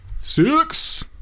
Six